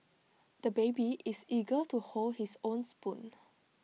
the baby is eager to hold his own spoon